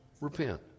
Repent